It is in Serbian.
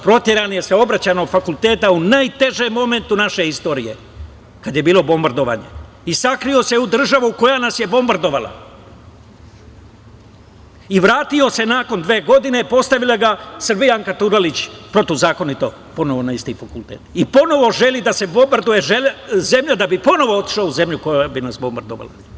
Proteran Saobraćajnog fakulteta u najtežem momentu naše istorije, kada je bilo bombardovanje i sakrio se u državu koja nas je bombardovala i vratio se nakon dve godine, postavila Srbijanka Dugalić protivzakonito ponovo na isti fakultet i ponovo želi da se bombarduje zemlje da bi ponovo otišao u zemlju koja bi nas bombardovala.